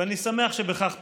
ואני שמח שבכך פתחת,